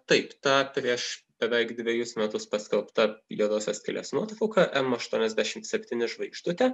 taip ta prieš beveik dvejus metus paskelbta juodosios skylės nuotrauka em aštuoniasdešimt septyni žvaigždutė